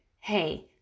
hey